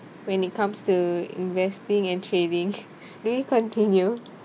when it comes to investing and trading do we continue